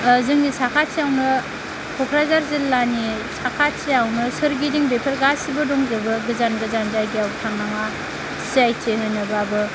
जोंनि साखाथि यावनो कक्राझार जिल्लानि साखाथियावनो सोरगिदिं बेफोर गासिबो दंजोबो गोजान जायगायाव थांनाङा सि आइ टि होनोबाबो